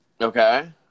okay